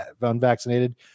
unvaccinated